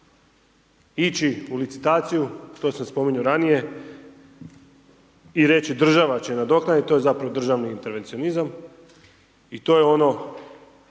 Ići u licitaciju, to sam spominjao ranije i reći država će nadoknaditi, to je zapravo državni intervencionizam i to je ono